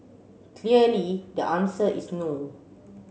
clearly the answer is no